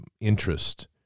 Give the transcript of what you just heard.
interest